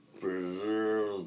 preserve